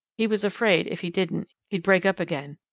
he was afraid, if he didn't, he'd break up again.